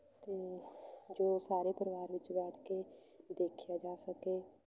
ਅਤੇ ਜੋ ਸਾਰੇ ਪਰਿਵਾਰ ਵਿੱਚ ਬੈਠ ਕੇ ਦੇਖਿਆ ਜਾ ਸਕੇ